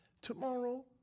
tomorrow